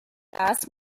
das